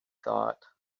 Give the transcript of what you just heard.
thought